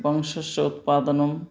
वंशस्य उत्पादनम्